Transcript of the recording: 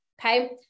Okay